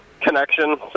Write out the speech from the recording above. connection